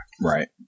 Right